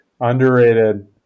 underrated